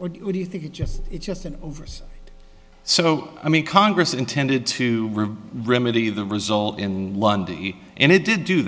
or do you think it just it's just an oversight so i mean congress intended to remedy the result in london and it didn't do